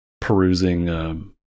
perusing